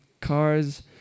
cars